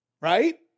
Right